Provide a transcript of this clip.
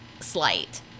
slight